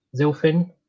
Zilfin